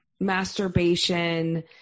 masturbation